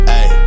ay